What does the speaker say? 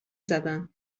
زدن